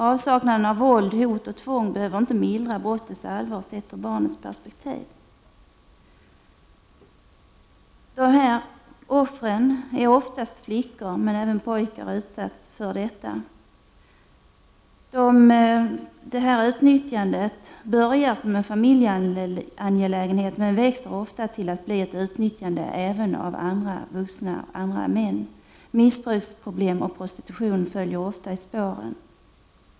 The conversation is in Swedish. Avsaknaden av våld, hot och tvång behöver inte mildra brottets allvar sett ur barnets perspektiv. De kända offren är oftast flickor, men även pojkar utsätts för dessa övergrepp. Detta utnyttjande börjar som en familjeangelägenhet, men växer ofta till att bli ett utnyttjande även av andra män. Missbruksproblem och prostitution följer ofta i spåren.